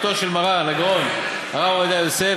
בתו של מרן הגאון הרב עובדיה יוסף,